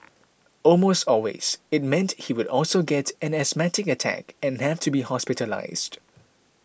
almost always it meant he would also get an asthmatic attack and have to be hospitalised